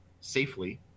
safely